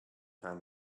time